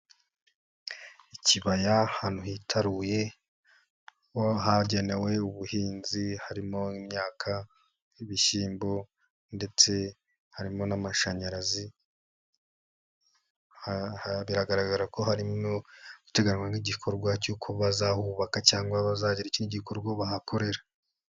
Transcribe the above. Ikibaya ahantu hitaruye, ho hagenewe ubuhinzi harimo imyaka, nk'ibishyimbo ndetse harimo n'amashanyarazi, biragaragara ko hari guteganywa n'igikorwa cy'uko bazahubaka cyangwa bazagira icyo gikorwa bahakorera.